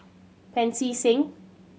Pancy Seng